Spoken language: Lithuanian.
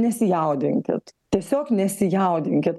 nesijaudinkit tiesiog nesijaudinkit